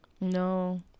No